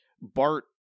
Bart